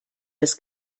das